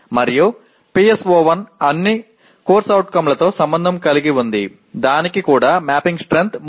మరియు PSO1 అన్ని CO లతో సంబంధం కలిగి ఉంది దానికి కూడా మ్యాపింగ్ స్ట్రెంగ్త్ 3